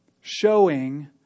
showing